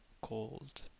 called